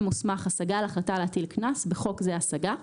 מוסמך השגה על החלטה להטיל קנס (בחוק זה השגה),